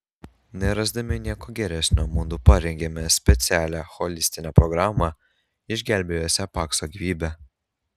nerasdami nieko geresnio mudu parengėme specialią holistinę programą išgelbėjusią pakso gyvybę